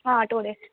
two days